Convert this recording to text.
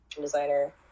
designer